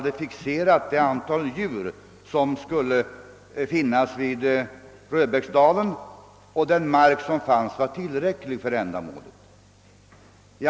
Det antal djur som skall finnas vid Röbäcksdalen har fixerats och den mark som finns är tillräcklig för ändamålet, menade herr Eskilsson.